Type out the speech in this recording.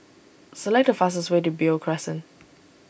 select the fastest way to Beo Crescent